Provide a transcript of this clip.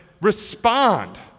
respond